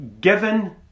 given